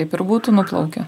taip ir būtų nuplaukę